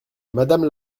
madame